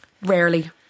Rarely